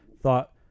thought